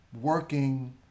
working